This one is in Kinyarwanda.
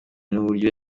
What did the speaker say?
n’uburyo